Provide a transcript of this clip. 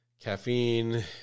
caffeine